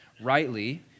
rightly